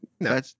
no